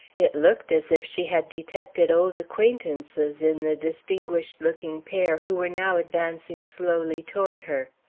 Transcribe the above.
it looked as if she had detected old acquaintances in the distinguished-looking pair who were now advancing slowly toward her.